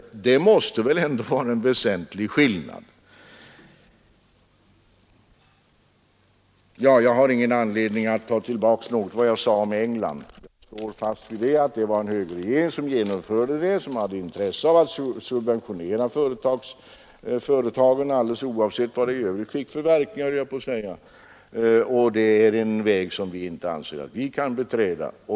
Det måste ändå vara en väsentlig skillnad. Jag har ingen anledning att ta tillbaka något av det jag sade om England. Jag står fast vid att det var en högerregering som genomförde systemet där och hade intresse av att subventionera företag nära nog oavsett vad systemet i övrigt hade för verkningar. Det är en väg som vi inte anser oss kunna beträda.